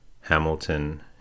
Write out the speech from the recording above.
Hamilton